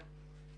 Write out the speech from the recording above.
כן.